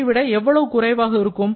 இதை விட எவ்வளவு குறைவாக இருக்கும்